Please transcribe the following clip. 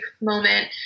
moment